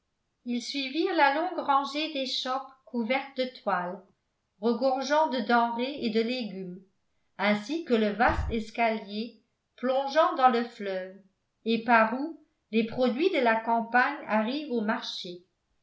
ils suivirent la longue rangée d'échoppes couvertes de toile regorgeant de denrées et de légumes ainsi que le vaste escalier plongeant dans le fleuve et par où les produits de la campagne arrivent au marché